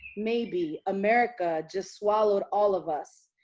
maybe, america just swallowed all of us,